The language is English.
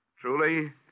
truly